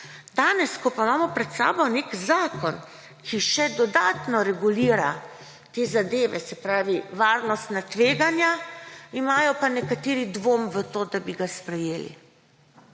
Danes, ko pa imamo pred sabo nek zakon, ki še dodatno regulira te zadeve, se pravi, varnostna tveganja, imajo pa nekateri dvom v to, da bi ga sprejeli.